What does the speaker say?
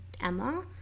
Emma